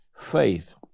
faith